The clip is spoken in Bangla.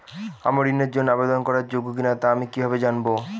আমি ঋণের জন্য আবেদন করার যোগ্য কিনা তা আমি কীভাবে জানব?